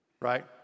right